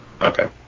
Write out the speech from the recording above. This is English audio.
Okay